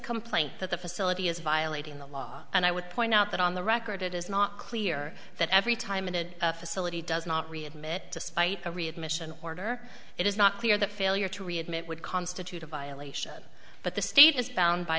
complaint that the facility is violating the law and i would point out that on the record it is not clear that every time a facility does not readmit despite a readmission order it is not clear that failure to readmit would constitute a violation but the state is bound by